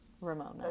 Ramona